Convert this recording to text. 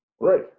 Right